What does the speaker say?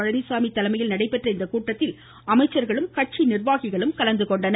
பழனிச்சாமி தலைமையில் நடைபெற்ற இக்கூட்டத்தில் அமைச்சர்களும் கட்சிநிர்வாகிகளும் கலந்துகொண்டனர்